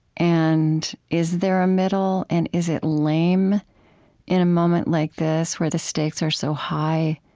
and is there a middle, and is it lame in a moment like this, where the stakes are so high,